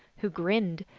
who grinned.